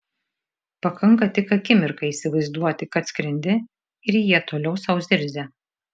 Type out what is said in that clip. pakanka tik akimirką įsivaizduoti kad skrendi ir jie toliau sau zirzia